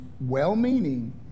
well-meaning